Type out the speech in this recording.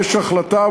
יש החלטה,